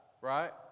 right